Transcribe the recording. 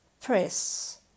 press